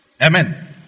Amen